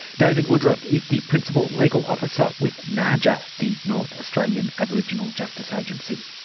david woodroffe is the principal legal officer with naaja, the north australian aboriginal justice agency.